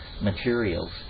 materials